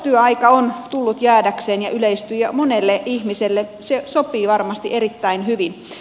osatyöaika on tullut jäädäkseen ja yleistyy ja monelle ihmiselle se sopii varmasti erittäin hyvin